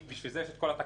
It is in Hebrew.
בשביל זה יש את התקנות.